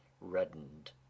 reddened